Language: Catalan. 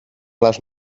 les